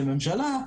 של ממשלה,